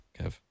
Kev